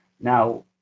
now